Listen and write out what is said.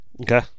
Okay